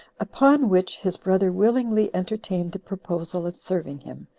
upon which his brother willingly entertained the proposal of serving him,